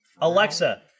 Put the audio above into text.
Alexa